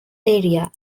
area